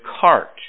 cart